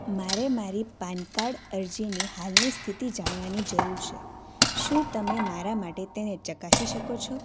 મારે મારી PAN card અરજીની હાલની સ્થિતિ જાણવાની જરૂર છે શું તમે મારા માટે તેને ચકાસી શકો છો